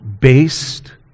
based